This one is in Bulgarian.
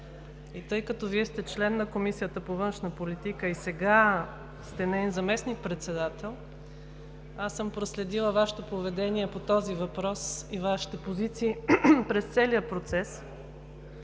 тъй като Вие сте член на Комисията по външна политика и сега сте неин заместник-председател, аз съм проследила Вашето поведение по този въпрос и Вашите позиции през целия процес.